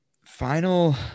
Final –